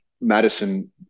Madison